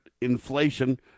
inflation